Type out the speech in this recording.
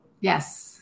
Yes